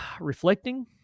reflecting